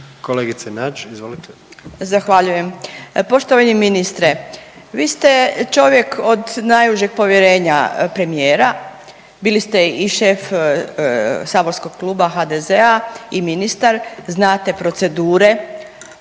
(Socijaldemokrati)** Zahvaljujem. Poštovani ministre vi ste čovjek od najužeg povjerenja premijera, bili ste i šef saborskog Kluba HDZ-a i ministar, znate procedure